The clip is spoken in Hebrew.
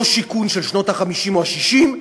לא שיכון של שנות ה-50 או ה-60,